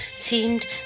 seemed